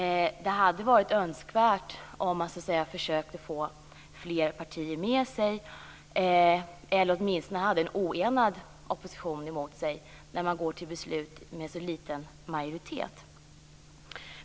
Det hade varit önskvärt att man hade försökt att få flera partier med sig eller att man åtminstone hade en oenig opposition emot sig när man går till beslut med så liten majoritet.